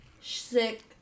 sick